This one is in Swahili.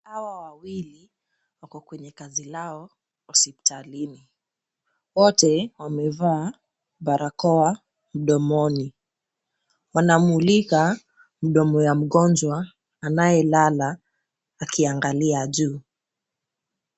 Hawa wawili wako kwenye kazi lao hospitalini. Wote wamevaa barakoa mdomoni. Wanamulika mdomo ya mgonjwa anayelala akiangalia juu.